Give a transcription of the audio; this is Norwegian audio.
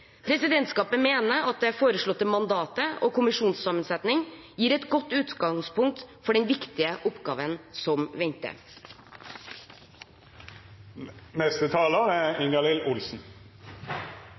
Presidentskapet mener at det foreslåtte mandatet og kommisjonens sammensetning gir et godt utgangspunkt for den viktige oppgaven som venter.